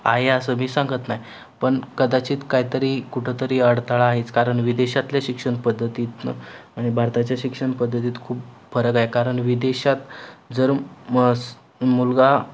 आहे असं मी सांगत नाही पण कदाचित काहीतरी कुठंतरी अडथळा आहेच कारण विदेशातल्या शिक्षण पद्धतीतनं आणि भारताच्या शिक्षण पद्धतीत खूप फरक आहे कारण विदेशात जर मस मुलगा